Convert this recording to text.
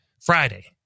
Friday